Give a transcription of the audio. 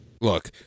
Look